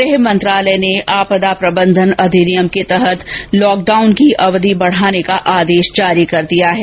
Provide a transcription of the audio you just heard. गृह मंत्रालय ने आपदा प्रबंधन अधिनियम के तहत लॉकडाउन की अवधि बढाने का आदेश जारी कर दिया है